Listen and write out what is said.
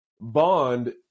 bond